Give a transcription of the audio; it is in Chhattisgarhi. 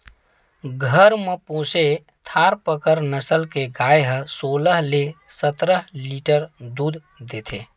घर म पोसे थारपकर नसल के गाय ह सोलह ले सतरा लीटर दूद देथे